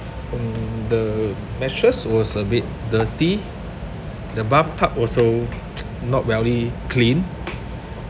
mm the mattress was a bit dirty the bathtub also not really clean